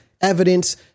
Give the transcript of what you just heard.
evidence